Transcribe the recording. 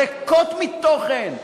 ריקות מתוכן,